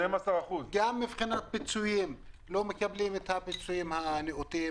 12%. גם מבחינת פיצויים הם לא מקבלים את הפיצויים הנאותים.